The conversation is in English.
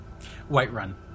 Whiterun